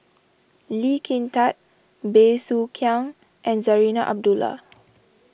Lee Kin Tat Bey Soo Khiang and Zarinah Abdullah